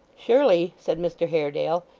surely, said mr haredale,